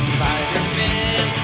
Spider-Man